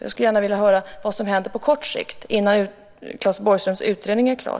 Jag skulle gärna vilja höra vad som händer på kort sikt innan Claes Borgströms utredning är klar.